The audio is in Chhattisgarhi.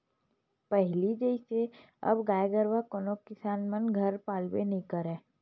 पहिली जइसे अब गाय गरुवा कोनो किसान मन घर पालबे नइ करय